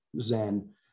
Zen